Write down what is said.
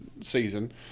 season